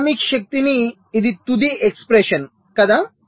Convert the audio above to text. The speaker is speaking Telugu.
డైనమిక్స్ శక్తికి ఇది తుది ఎక్స్ప్రెషన్ కదా